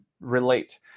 relate